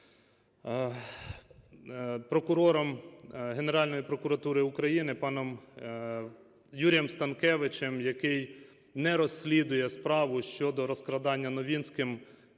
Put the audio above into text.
прокурором Генеральної прокуратури України паном Юрієм Станкевичем, який не розслідує справу щодо розкрадання Новинським